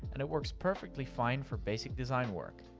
and it works perfectly fine for basic design work.